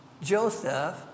Joseph